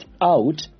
out